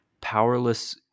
powerless